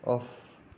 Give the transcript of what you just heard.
off